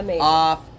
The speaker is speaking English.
off